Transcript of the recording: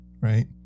right